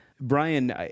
Brian